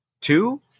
Two